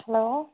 hello